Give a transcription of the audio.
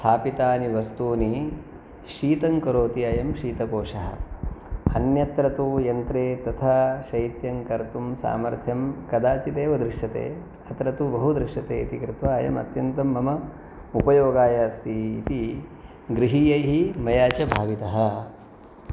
स्थापितानि वस्तूनि शीतङ्करोति अयं शीतकोशः अन्यत्र तु यन्त्रे तथा शैत्यङ्कर्तुं सामर्थ्यं कदाचिदेव दृश्यते अत्र तु बहु दृश्यते इति कृत्वा अयम् अत्यन्तम् मम उपयोगाय अस्ति इति गृहीयैः मया च भावितः